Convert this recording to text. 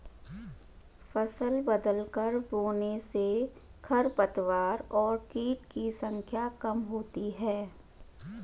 फसल बदलकर बोने से खरपतवार और कीट की संख्या कम होती है